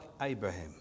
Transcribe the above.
Abraham